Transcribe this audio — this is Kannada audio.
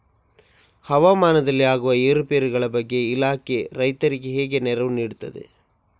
ಹವಾಮಾನದಲ್ಲಿ ಆಗುವ ಏರುಪೇರುಗಳ ಬಗ್ಗೆ ಇಲಾಖೆ ರೈತರಿಗೆ ಹೇಗೆ ನೆರವು ನೀಡ್ತದೆ?